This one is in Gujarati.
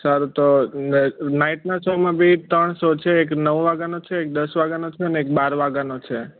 સારું તો નાઈટના શોમાં બી ત્રણ શો છે એક નવ વાગ્યાનો છે એક દસ વાગ્યાનો છે એક બાર વાગ્યાનો છે